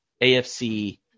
AFC